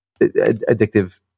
addictive